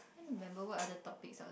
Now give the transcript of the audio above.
remember what are the topics